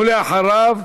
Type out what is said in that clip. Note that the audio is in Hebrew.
ואחריו,